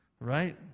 Right